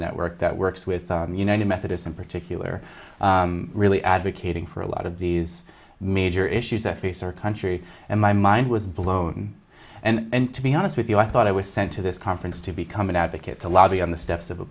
network that works with the united methodist in particular really advocating for a lot of these major issues that face our country and my mind was blown and to be honest with you i thought i was sent to this conference to become an advocate to lobby on the steps of